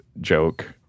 joke